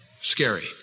Scary